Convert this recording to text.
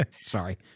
sorry